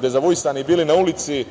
dezavuisani, da ne bi